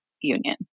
union